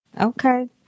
Okay